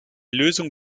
lösung